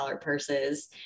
purses